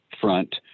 front